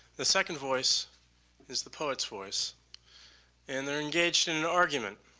the second voice is the poet's voice and they're engaged in an argument.